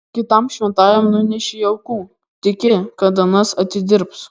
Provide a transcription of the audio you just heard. kitam šventajam nunešei aukų tiki kad anas atidirbs